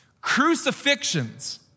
crucifixions